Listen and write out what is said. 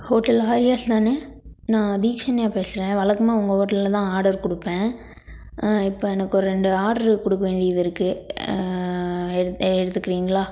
hotel Aryas தானே நான் தீக்ஷண்யா பேசுகிறேன் வழக்கமா உங்கள் ஹோட்டலில் தான் ஆர்டர் கொடுப்பேன் இப்போ எனக்கு ஒரு ரெண்டு ஆர்டர் கொடுக்க வேண்டியது இருக்குது எடுத் எடுத்துக்கிறீங்களா